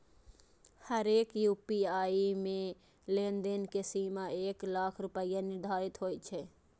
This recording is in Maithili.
हरेक यू.पी.आई मे लेनदेन के सीमा एक लाख रुपैया निर्धारित होइ छै